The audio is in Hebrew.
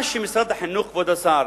מה שמשרד החינוך, כבוד השר,